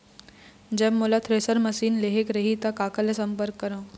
जब मोला thresher machine लेहेक रही ता काकर ले संपर्क करों?